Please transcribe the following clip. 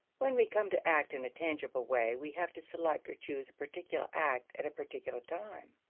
when we come to act in a tangible way we have to select or choose a particular act at a particular time,